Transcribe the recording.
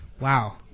Wow